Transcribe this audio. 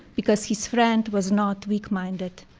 because his friend was not weak minded.